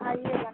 आइएगा